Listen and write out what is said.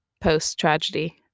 post-tragedy